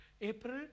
April